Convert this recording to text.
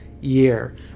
year